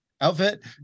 outfit